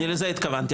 אני לזה התכוונתי.